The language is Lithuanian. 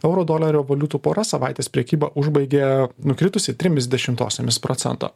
euro dolerio valiutų pora savaitės prekybą užbaigė nukritusi trimis dešimtosiomis procento